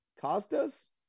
Costas